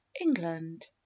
England